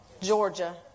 Georgia